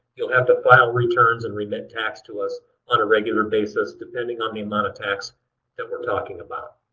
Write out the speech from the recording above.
you'll have to file returns and remit tax to us on a regular basis depending on the amount of tax that we're talking about.